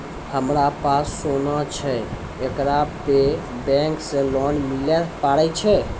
हमारा पास सोना छै येकरा पे बैंक से लोन मिले पारे छै?